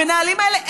המנהלים האלה,